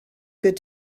good